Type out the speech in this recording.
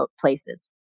places